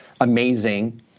amazing